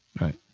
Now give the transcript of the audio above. Right